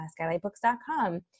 skylightbooks.com